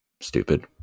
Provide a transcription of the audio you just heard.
stupid